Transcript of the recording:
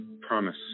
promise